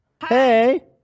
hey